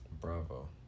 Bravo